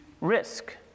risk